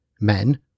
Men